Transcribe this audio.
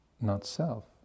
not-self